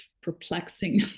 perplexing